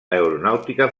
aeronàutica